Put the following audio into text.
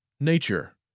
Nature